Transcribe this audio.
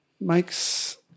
makes